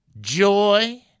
joy